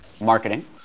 marketing